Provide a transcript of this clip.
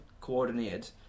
coordinated